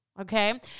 okay